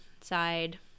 side